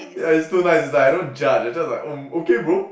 ya he's too nice is like I don't judge it's just like oh okay bro